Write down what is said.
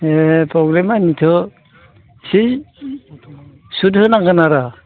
ए फ्रब्लेमा बिनोथ' सोरनो होनांगोन आरो